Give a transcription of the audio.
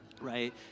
right